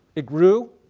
it grew,